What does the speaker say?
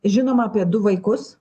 žinoma apie du vaikus